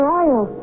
Royal